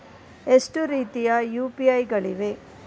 ಎಷ್ಟು ರೀತಿಯ ಯು.ಪಿ.ಐ ಗಳಿವೆ?